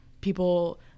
people